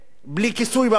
בלי כיסוי בבנק,